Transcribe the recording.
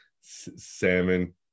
salmon